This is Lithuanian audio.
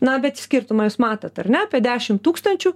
na bet skirtumą jūs matot ar ne apie dešim tūkstančių